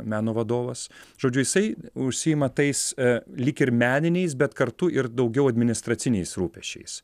meno vadovas žodžiu jisai užsiima tais lyg ir meniniais bet kartu ir daugiau administraciniais rūpesčiais